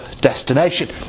destination